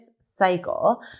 cycle